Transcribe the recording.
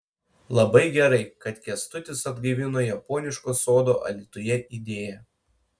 labai gerai kad kęstutis atgaivino japoniško sodo alytuje idėją